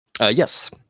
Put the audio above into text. Yes